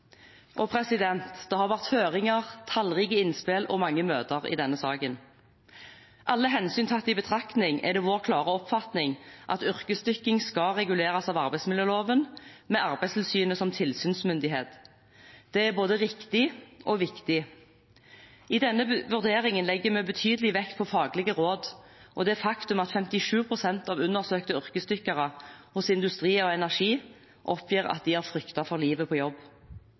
Det har vært høringer, tallrike innspill og mange møter i denne saken. Alle hensyn tatt i betraktning er det vår klare oppfatning at yrkesdykking skal reguleres av arbeidsmiljøloven, med Arbeidstilsynet som tilsynsmyndighet. Det er både riktig og viktig. I denne vurderingen legger vi betydelig vekt på faglige råd og det faktum at 57 pst. av undersøkte yrkesdykkere hos lndustri Energi oppgir at de har fryktet for livet på jobb.